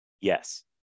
Yes